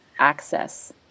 access